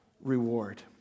reward